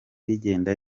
rigenda